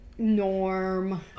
norm